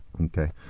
Okay